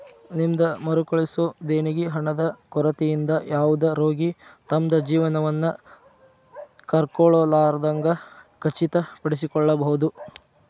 ನಿಮ್ದ್ ಮರುಕಳಿಸೊ ದೇಣಿಗಿ ಹಣದ ಕೊರತಿಯಿಂದ ಯಾವುದ ರೋಗಿ ತಮ್ದ್ ಜೇವನವನ್ನ ಕಳ್ಕೊಲಾರ್ದಂಗ್ ಖಚಿತಪಡಿಸಿಕೊಳ್ಬಹುದ್